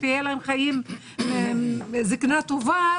שתהיה להם זקנה טובה,